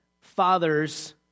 fathers